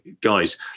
Guys